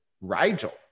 Rigel